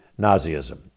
Nazism